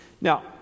Now